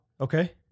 Okay